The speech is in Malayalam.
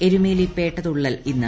എരുമേലി പേട്ട തുള്ളൽ ഇന്ന്